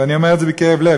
ואני אומר את זה בכאב לב,